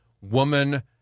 woman